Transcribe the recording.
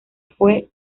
fue